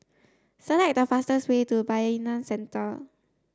select the fastest way to Bayanihan Center